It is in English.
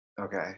Okay